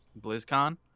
BlizzCon